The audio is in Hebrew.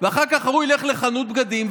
ואחר כך ההוא ילך לחנות בגדים,